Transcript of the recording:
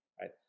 right